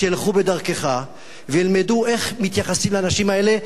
שילכו בדרכך וילמדו איך מתייחסים לאנשים האלה,